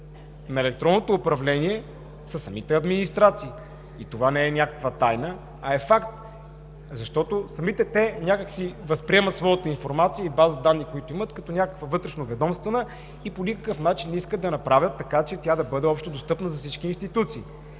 на електронното управление са самите администрации. И това не е някаква тайна, а е факт. Защото самите те възприемат своята информация и база-данни, които имат, като някаква вътрешноведомствена и по никакъв начин не искат да направят така, че тя да бъде общодостъпна за всички институции.